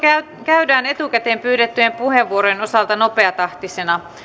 käydään etukäteen pyydettyjen puheenvuorojen osalta nopeatahtisena